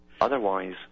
Otherwise